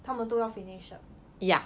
他们都要 finish up